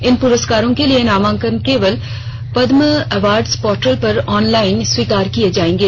इन प्रस्कारों के लिए नामांकन केवल पद्म अवार्डस पोर्टल पर ऑनलाइन स्वीककार किए जाएंगे